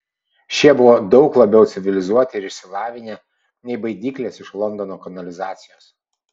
šie buvo daug labiau civilizuoti ir išsilavinę nei baidyklės iš londono kanalizacijos